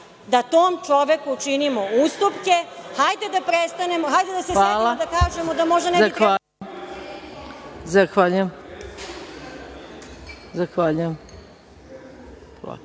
da tom čoveku činimo ustupke, hajde da prestanemo, hajde da se setimo da kažemo da možda ne bi trebalo… **Maja